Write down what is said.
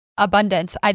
abundance